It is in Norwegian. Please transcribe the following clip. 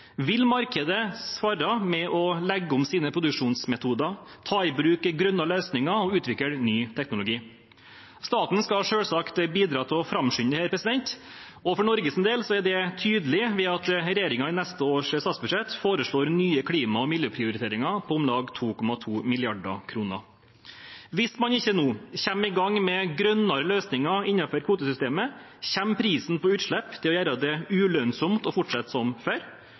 vil markedet svare med å legge om sine produksjonsmetoder, ta i bruk grønne løsninger og utvikle ny teknologi. Staten skal selvsagt bidra til å framskynde dette. For Norges del er det tydelig ved at regjeringen i statsbudsjettet for neste år foreslår nye klima- og miljøprioriteringer på om lag 2,2 mrd. kr. Hvis man nå ikke kommer i gang med grønnere løsninger innenfor kvotesystemet, kommer prisen på utslipp til å gjøre det ulønnsomt å fortsette som før.